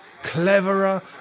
cleverer